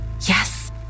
Yes